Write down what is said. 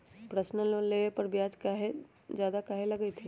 Personal loan लेबे पर ब्याज ज्यादा काहे लागईत है?